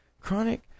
Chronic